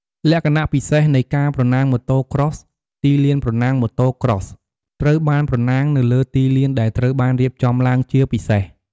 លក្ខណៈពិសេសនៃការប្រណាំង Motocross ទីលានប្រណាំង: Motocross ត្រូវបានប្រណាំងនៅលើទីលានដែលត្រូវបានរៀបចំឡើងជាពិសេស។